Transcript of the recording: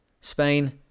Spain